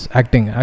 acting